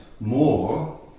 More